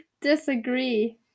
Disagree